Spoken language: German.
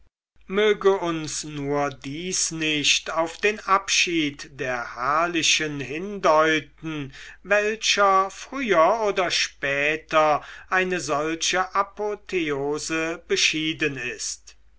möge uns nur dies nicht auf den abschied der herrlichen hindeuten welcher früher oder später eine solche apotheose beschieden ist